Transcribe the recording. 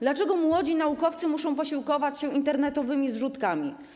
Dlaczego młodzi naukowcy muszą posiłkować się internetowymi zrzutkami?